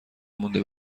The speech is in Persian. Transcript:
مونده